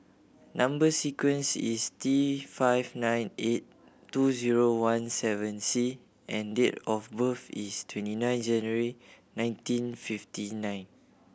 number sequence is T five nine eight two zero one seven C and date of birth is twenty nine January nineteen fifty nine